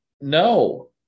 no